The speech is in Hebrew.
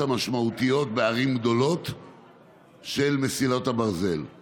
המשמעותיות של מסילות הברזל בערים הגדולות.